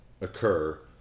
occur